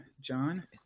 John